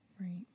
Right